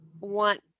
want